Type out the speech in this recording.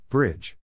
Bridge